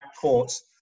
courts